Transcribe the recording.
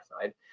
side